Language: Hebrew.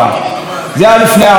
זה היה לפני ארבע שנים.